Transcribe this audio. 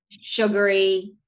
sugary